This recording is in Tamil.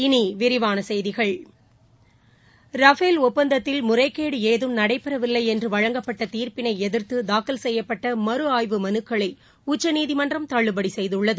இனிவிரிவானசெய்திகள் ரபேல் ஒப்பந்தத்தில் முறைகேடுஏதும் நடைபெறவில்லைஎன்றுவழங்கப்பட்டதீர்ப்பினைஎதிர்த்துதாக்கல் செய்யப்பட்ட மறு ஆய்வு மறுக்களைஉச்சநீதிமன்றம் தள்ளுபடிசெய்துள்ளது